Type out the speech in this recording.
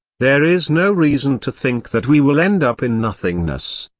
there is no reason to think that we will end up in nothingness.